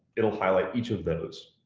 it'll highlight each of those.